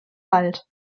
wald